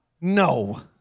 No